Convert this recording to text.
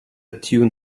tune